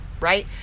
right